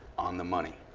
on the money.